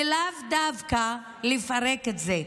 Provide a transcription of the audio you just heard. לאו דווקא לפרק את זה,